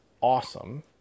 awesome